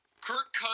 Kirk